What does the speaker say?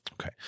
Okay